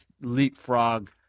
leapfrog